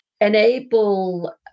enable